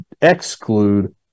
exclude